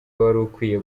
warukwiye